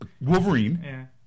Wolverine